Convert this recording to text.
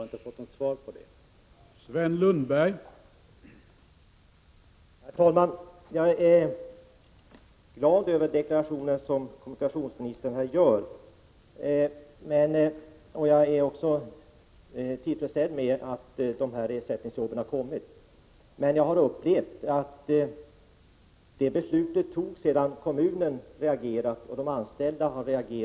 Jag har inte fått svar på den frågan.